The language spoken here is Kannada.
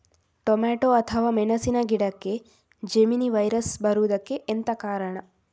ಟೊಮೆಟೊ ಅಥವಾ ಮೆಣಸಿನ ಗಿಡಕ್ಕೆ ಜೆಮಿನಿ ವೈರಸ್ ಬರುವುದಕ್ಕೆ ಎಂತ ಕಾರಣ?